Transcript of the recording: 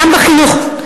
גם בחינוך,